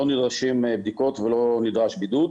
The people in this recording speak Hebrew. לא נדרשות בדיקות ולא נדרש בידוד,